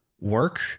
work